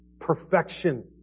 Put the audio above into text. Perfection